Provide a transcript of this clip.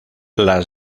las